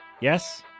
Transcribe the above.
Yes